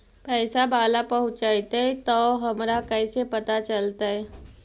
पैसा बाला पहूंचतै तौ हमरा कैसे पता चलतै?